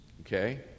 Okay